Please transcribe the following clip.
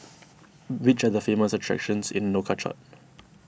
which are the famous attractions in Nouakchott